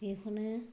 बेखौनो